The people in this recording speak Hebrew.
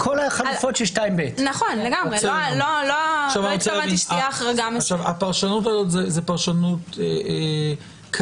כל החלופות של 2ב. הפרשנות הזאת זו פרשנות קיימת,